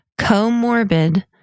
comorbid